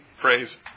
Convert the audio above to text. praise